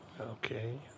okay